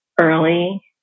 early